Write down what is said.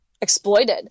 exploited